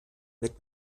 mit